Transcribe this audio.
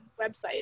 website